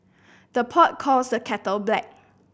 the pot calls the kettle black